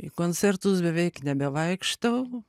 į koncertus beveik nebevaikštau